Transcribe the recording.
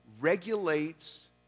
regulates